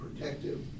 protective